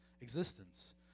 existence